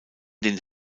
den